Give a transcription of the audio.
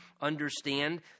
understand